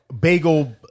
Bagel